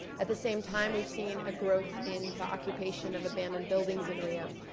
at the same time, we've seen a growth in the occupation of abandoned buildings in rio.